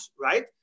Right